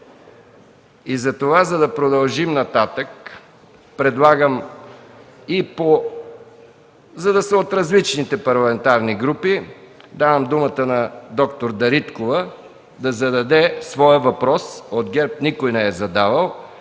няма смисъл. За да продължим нататък, предлагам да са от различни парламентарни групи. Давам думата на д-р Дариткова да зададе своя въпрос, от ГЕРБ никой не е задавал.